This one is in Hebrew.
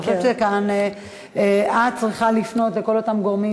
אני חושבת שכאן את צריכה לפנות לכל אותם גורמים